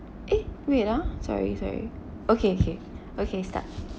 eh wait ah sorry sorry okay okay okay start